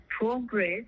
progress